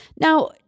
Now